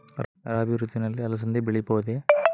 ರಾಭಿ ಋತುವಿನಲ್ಲಿ ಅಲಸಂದಿ ಬೆಳೆಯಬಹುದೆ?